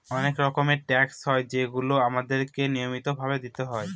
অনেক রকমের ট্যাক্স হয় যেগুলো আমাদেরকে নিয়মিত ভাবে দিতে হয়